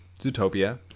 Zootopia